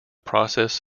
process